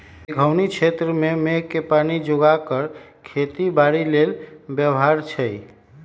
मेघोउनी क्षेत्र में मेघके पानी जोगा कऽ खेती बाड़ी लेल व्यव्हार छै